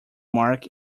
mark